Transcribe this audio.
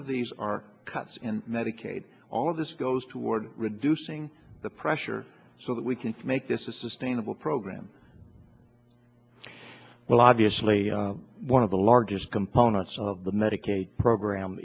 of these are cuts in medicaid all of this goes toward reducing the pressure so that we can make this a sustainable program well obviously one of the largest components of the medicaid program